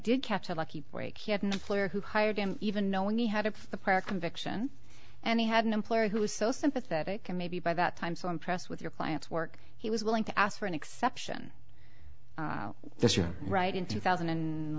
did catch a lucky break he had been a player who hired him even knowing he had of the prior conviction and he had an employer who was so sympathetic and maybe by that time so impressed with your client's work he was willing to ask for an exception this year right in two thousand and